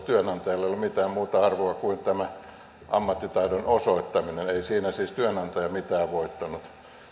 työnantajalle ole mitään muuta arvoa kuin tämä ammattitaidon osoittaminen ei siinä siis työnantaja mitään voittanut